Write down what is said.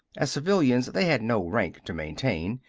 as civilians they had no rank to maintain,